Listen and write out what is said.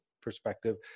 perspective